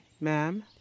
ma'am